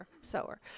sower